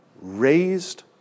raised